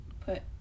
Put